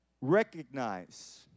recognize